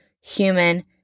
human